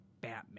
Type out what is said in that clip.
Batman